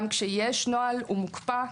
גם כאשר יש נוהל הוא מוקפא.